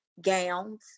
gowns